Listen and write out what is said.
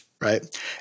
right